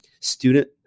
student